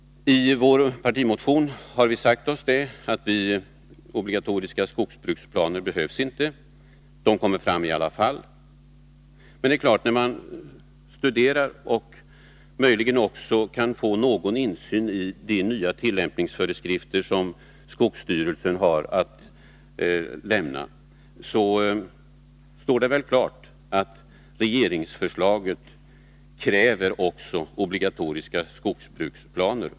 I vår partimotion har vi sagt att obligatoriska skogsbruksplaner inte behövs. Planer kommer fram i alla fall. Men när man studerar de nya tillämpningsföreskrifter som skogsstyrelsen har att lämna, och skaffar sig litet inblick i vad det gäller, finner man att regeringsförslaget kräver obligatoriska skogsbruksplaner.